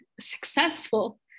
successful